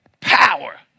power